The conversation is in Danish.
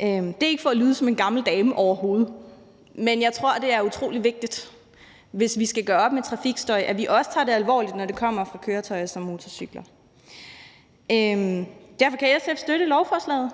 Det er ikke for at lyde som en gammel dame, overhovedet, men jeg tror, det er utrolig vigtigt, at vi, hvis vi skal gøre op med trafikstøj, også tager det alvorligt, når støjen kommer fra køretøjer som motorcykler. Derfor kan SF støtte lovforslaget.